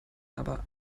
aber